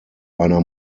einer